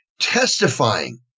testifying